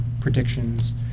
predictions